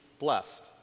Blessed